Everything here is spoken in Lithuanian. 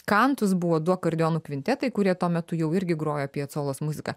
kantus buvo du akordeonų kvintetai kurie tuo metu jau irgi grojo piecolos muzika